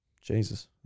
Jesus